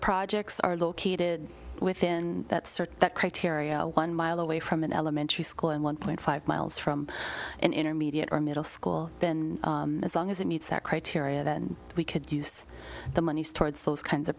projects are located within that certain criteria one mile away from an elementary school and one point five miles from an intermediate or middle school been as long as it meets that criteria then we could use the monies towards those kinds of